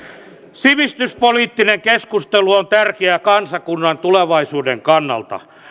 sivistyspoliittinen keskustelu on tärkeää kansakunnan tulevaisuuden kannalta